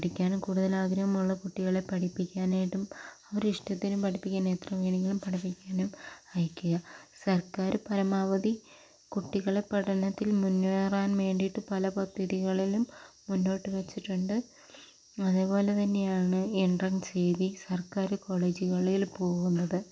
പഠിക്കാനും കൂടുതൽ ആഗ്രഹമുള്ള കുട്ടികളെ പഠിപ്പിക്കാനായിട്ടും അവരുടെ ഇഷ്ടത്തിനും പഠിപ്പിക്കാൻ എത്ര വേണമെങ്കിലും പഠിപ്പിക്കാനും അയക്കുക സർക്കാർ പരമാവധി കുട്ടികളെ പഠനത്തിൽ മുന്നേറാൻ വേണ്ടിയിട്ട് പല പദ്ധതികളിലും മുന്നോട്ട് വെച്ചിട്ടുണ്ട് അതേപോലെ തന്നെയാണ് എൻട്രൻസ് എഴുതി സർക്കാർ കോളേജുകളിൽ പോകുന്നത്